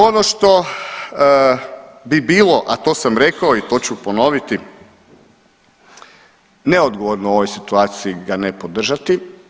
Ono što bi bilo, a to sam rekao i to ću ponoviti neodgovorno u ovoj situaciji ga ne podržati.